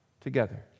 Together